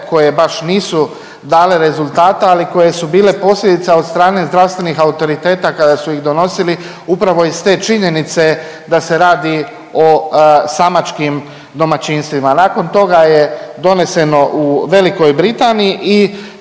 koje baš nisu dale rezultata, ali koje su bile posljedica od strane zdravstvenih autoriteta kada su ih donosili upravo iz te činjenice da se radi o samačkim domaćinstvima. Nakon toga je doneseno u Velikoj Britaniji